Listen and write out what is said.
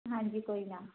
ਹਾਂਜੀ ਕੋਈ ਨਾ